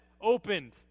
opened